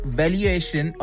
valuation